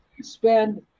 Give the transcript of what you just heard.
spend